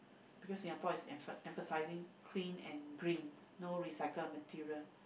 because Singapore is empha~ emphasizing clean and green no recycle materials